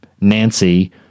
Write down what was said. Nancy